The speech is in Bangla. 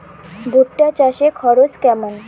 ভুট্টা চাষে খরচ কেমন?